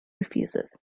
refuses